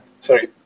Sorry